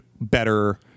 better